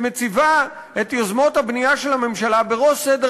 שמציבה את יוזמות הבנייה של הממשלה בראש סדר